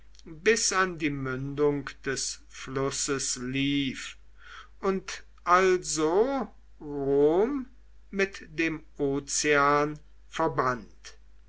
bis an die mündung des flusses lief und also rom mit dem ozean